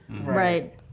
Right